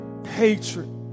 hatred